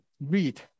read